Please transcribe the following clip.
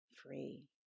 free